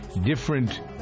different